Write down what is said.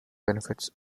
benefits